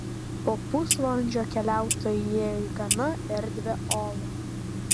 po pusvalandžio keliautojai įėjo į gana erdvią olą